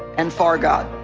and for god